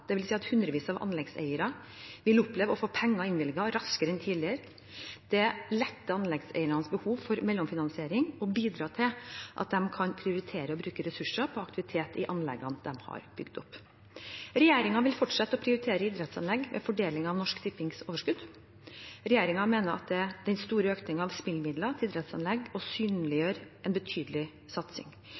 at hundrevis av anleggseiere vil oppleve å få penger innvilget raskere enn tidligere. Det letter anleggseiernes behov for mellomfinansiering og bidrar til at de kan prioritere å bruke ressurser på aktivitet i anleggene de har bygd opp. Regjeringen vil fortsette å prioritere idrettsanlegg ved fordelingen av Norsk Tippings overskudd. Regjeringen mener at den store økningen av spillmidler til idrettsanlegg synliggjør en betydelig satsing.